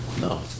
No